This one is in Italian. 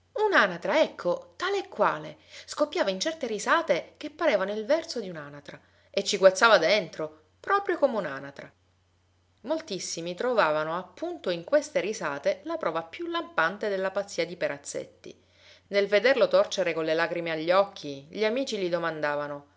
apparente un'anatra ecco tal'e quale scoppiava in certe risate che parevano il verso di un'anatra e ci guazzava dentro proprio come un'anatra moltissimi trovavano appunto in queste risate la prova più lampante della pazzia di perazzetti nel vederlo torcere con le lagrime agli occhi gli amici gli domandavano